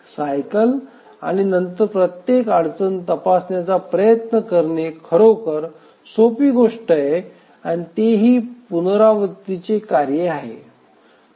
cycle आणि नंतर प्रत्येक अडचण तपासण्याचा प्रयत्न करणे खरोखर सोपी गोष्ट आहे आणि तेही पुनरुक्तीचे कार्य आहे